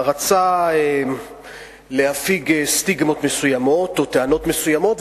רצה להפיג סטיגמות מסוימות או טענות מסוימות,